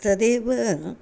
तदेव